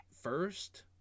first